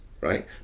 right